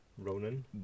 Ronan